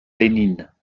lénine